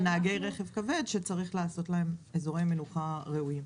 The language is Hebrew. שלא לדבר על נהגי רכב כבד שצריך לעשות להם אזורי מנוחה ראויים.